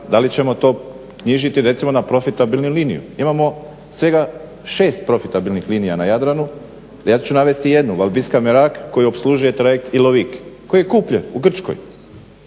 Da li ćemo to knjižiti recimo na profitabilnu liniju? Imamo svega 6 profitabilnih linija na Jadranu, a ja ću navesti jednu Valbiska-Merag koja opslužuje trajekt Ilovik koji je kupljen u Grčkoj.